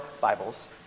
Bibles